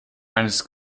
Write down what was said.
eines